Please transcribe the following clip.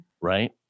right